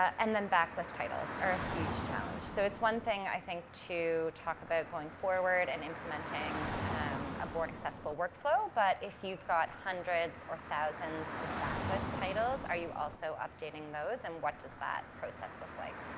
and then backlist titles are a huge challenge. so, it's one thing, i think, to talk about going forward and implementing um a board accessible workflow, but if you've got hundreds or thousands of backlist titles, are you also updating those? and what does that process look like?